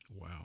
Wow